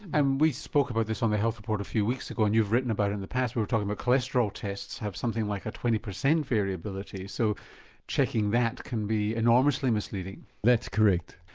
and we spoke about this on the health report a few weeks ago, and you've written about it in the past we were talking about cholesterol tests have something like a twenty percent variability. so checking that can be enormously misleading. that's correct.